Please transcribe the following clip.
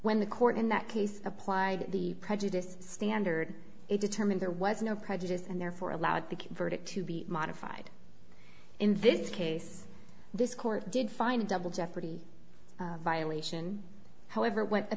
when the court in that case applied the prejudice standard it determined there was no prejudice and therefore allowed the verdict to be modified in this case this court did find a double jeopardy violation however